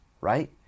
right